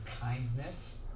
kindness